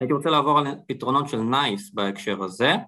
הייתי רוצה לעבור על פתרונות של "נייס" בהקשר הזה